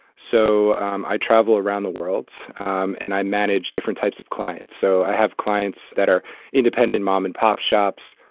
so um i travel around the world and i manage different types of clients. so i have clients that are independent mom and pop shops.